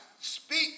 speak